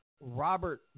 Robert